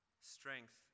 strength